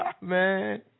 Man